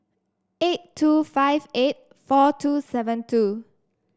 eight two five eight four two seven two